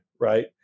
right